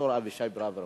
פרופסור אבישי ברוורמן.